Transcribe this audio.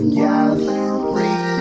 gathering